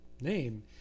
name